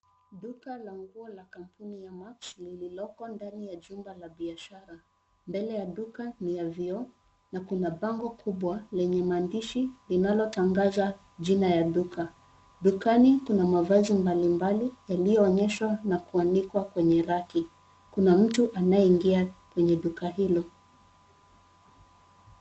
Duka la nguo la kampuni ya Max liliko ndani ya jumba la biashara. Mbele ya duka, ni ya vioo na kuna bango kubwa lenye maandishi linalotangaza jina ya duka. Dukani kuna mavazi mbali mbali yaliyoonyeshwa na kuanikwa kwenye raki. Kuna mtu anayeingia kwenye duka hilo.